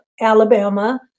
Alabama